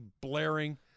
blaring